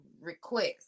request